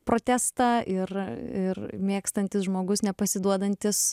protestą ir ir mėgstantis žmogus nepasiduodantis